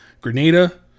Grenada